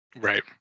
Right